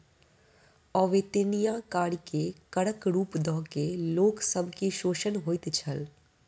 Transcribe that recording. अवेत्निया कार्य के करक रूप दय के लोक सब के शोषण होइत छल